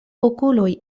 okuloj